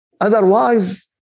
Otherwise